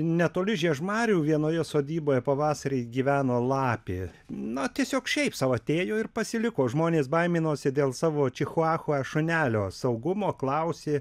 netoli žiežmarių vienoje sodyboje pavasarį gyveno lapė na tiesiog šiaip sau atėjo ir pasiliko žmonės baiminosi dėl savo čihuahua šunelio saugumo klausė